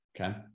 Okay